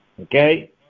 Okay